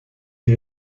die